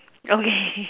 okay